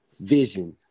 vision